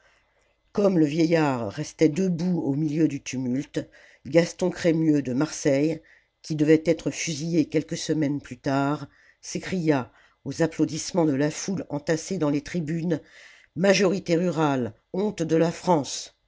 comme le vieillard restait debout au milieu du tumulte gaston crémieux de marseille qui devait être fusillé quelques semaines plus tard s'écria aux applaudissements de la foule entassée dans les tribunes majorité rurale honte de la france